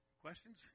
questions